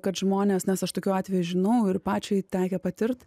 kad žmonės nes aš tokių atvejū žinau ir pačiai tekę patirt